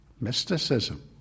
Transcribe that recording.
mysticism